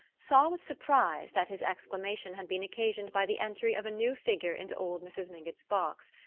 saw with surprise that his exclamation had been occasioned by the entry of a new figure into old mrs. mingott's box.